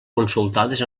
consultades